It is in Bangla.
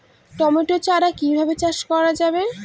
টমেটো চারা কিভাবে চাষ করা যাবে?